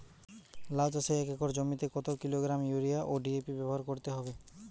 লাউ চাষে এক একর জমিতে কত কিলোগ্রাম ইউরিয়া ও ডি.এ.পি ব্যবহার করতে হবে?